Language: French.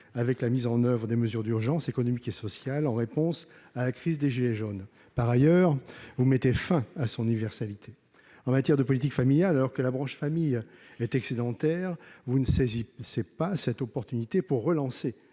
avec la mise en oeuvre des mesures d'urgence économiques et sociales en réponse à la crise des gilets jaunes. Par ailleurs, vous mettez fin à son universalité. En matière de politique familiale, alors que la branche famille est excédentaire, vous ne saisissez pas cette opportunité pour relancer